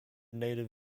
native